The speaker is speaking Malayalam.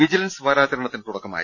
വിജിലൻസ് വാരാചരണത്തിന് തുടക്കമായി